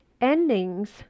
endings